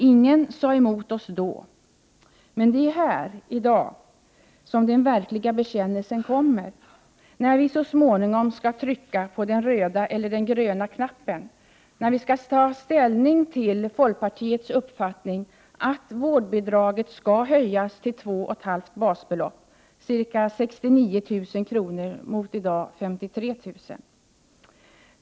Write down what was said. Ingen sade emot oss då, men det är här i dag som den verkliga bekännelsen kommer, när vi så småningom skall trycka på den röda eller gröna knappen och ta ställning till folkpartiets förslag om att vårdbidraget skall höjas till 2,5 basbelopp, ca 69 000 kr. mot i dag 53 000 kr.